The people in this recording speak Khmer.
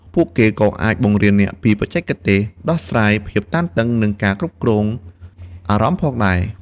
ពួកគេក៏អាចបង្រៀនអ្នកពីបច្ចេកទេសដោះស្រាយភាពតានតឹង និងការគ្រប់គ្រងអារម្មណ៍ផងដែរ។